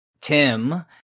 Tim